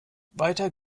weiter